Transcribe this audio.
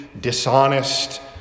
dishonest